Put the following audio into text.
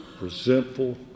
resentful